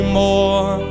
more